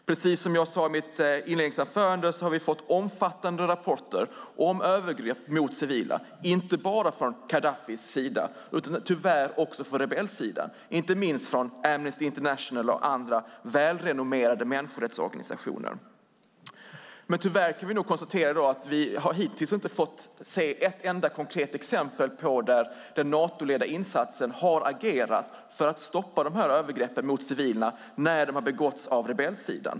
Precis som jag sade i mitt inledningsanförande har vi fått omfattande rapporter om övergrepp mot civila, inte bara från Gaddafis sida utan tyvärr också från rebellsidan, inte minst från Amnesty International och andra välrenommerade människorättsorganisationer. Men tyvärr kan vi nu konstatera att vi hittills inte har fått se ett enda konkret exempel där den Natoledda insatsen har agerat för att stoppa övergreppen mot civila när de har begåtts av rebellsidan.